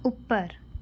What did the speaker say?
ਉੱਪਰ